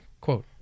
quote